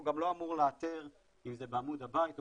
והוא גם לא אמור לאתר אם זה בעמוד הבית או